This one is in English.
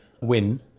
win